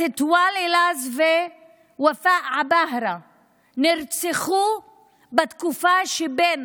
מסטואל אלאזה וופאא עבאהרה נרצחו בתקופה שבין